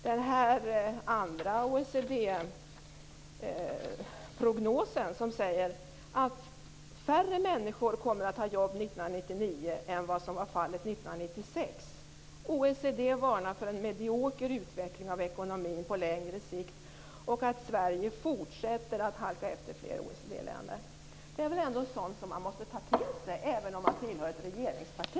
Den andra OECD-prognosen säger att färre människor kommer att ha jobb 1999 än 1996. OECD varnar för en medioker utveckling av ekonomin på längre sikt och för att Sverige fortsätter att halka efter fler Detta är väl ändå sådant som man måste ta till sig, även om man tillhör ett regeringsparti.